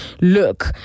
Look